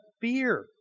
fear